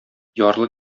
ярлы